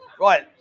Right